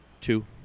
Two